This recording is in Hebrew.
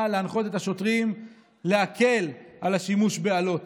להנחות את השוטרים להקל על השימוש באלות.